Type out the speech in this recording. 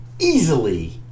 Easily